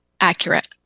accurate